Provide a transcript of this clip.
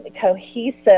cohesive